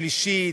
השלישית,